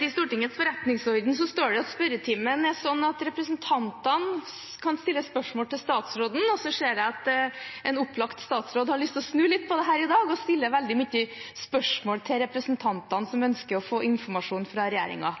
I Stortingets forretningsorden står det at i spørretimen er det representantene som kan stille spørsmål til statsråden, og så ser jeg at en opplagt statsråd har lyst til å snu litt på dette her i dag ved å stille veldig mange spørsmål til representanter som ønsker å få informasjon fra regjeringen.